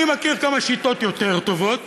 אני מכיר כמה שיטות יותר טובות